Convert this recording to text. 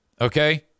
Okay